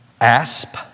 asp